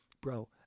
bro